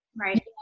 Right